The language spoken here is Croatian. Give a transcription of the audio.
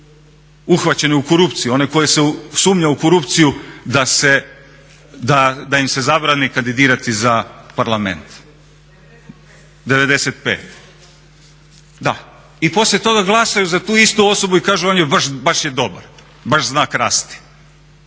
uhvaćeni u korupciju, oni koji se sumnja u korupciju da im se zabrani kandidirati za Parlament. 95, da. I poslije toga glasaju za tu istu osobu i kažu on je baš dobar, baš zna krasti.